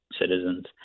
citizens